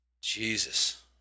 Jesus